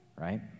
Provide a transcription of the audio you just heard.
right